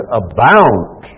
abound